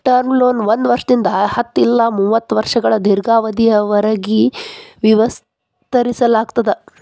term loan ಒಂದ್ ವರ್ಷದಿಂದ ಹತ್ತ ಇಲ್ಲಾ ಮೂವತ್ತ ವರ್ಷಗಳ ದೇರ್ಘಾವಧಿಯವರಿಗಿ ವಿಸ್ತರಿಸಲಾಗ್ತದ